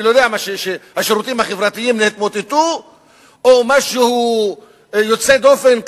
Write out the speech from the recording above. שהשירותים החברתיים התמוטטו או משהו שקרה יוצא דופן,